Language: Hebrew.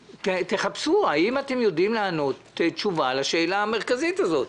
תחפשו האם אתם יכולים לענות תשובה על השאלה המרכזית הזאת: